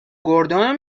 گردن